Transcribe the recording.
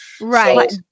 right